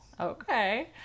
Okay